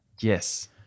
Yes